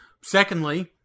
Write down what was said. secondly